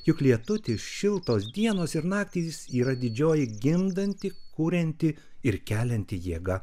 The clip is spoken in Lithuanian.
juk lietutis šiltos dienos ir naktys yra didžioji gimdanti kurianti ir kelianti jėga